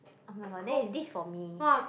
oh-my-god then is this for me